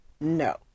no